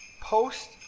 Post